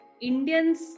Indians